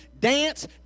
dance